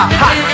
hot